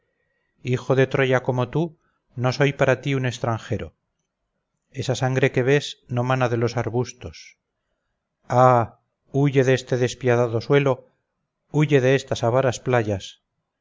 hijo de troya como tú no soy para ti un extranjero esa sangre que ves no mana de los arbustos ah huye de este despiadado suelo huye de estas avaras playas